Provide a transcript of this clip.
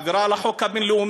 עבירה על החוק הבין-לאומי,